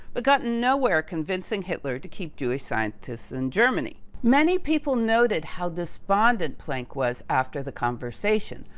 but got nowhere convincing hitler to keep jewish scientists in germany. many people noted how despondent planck was after the conversation,